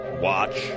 watch